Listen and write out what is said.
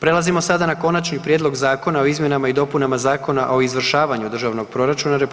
Prelazimo sada na Konačni prijedlog zakona o izmjenama i dopunama Zakona o izvršavanju Državnog proračuna RH